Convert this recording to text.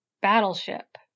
battleship